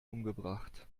umgebracht